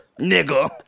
Nigga